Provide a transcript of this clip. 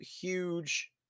huge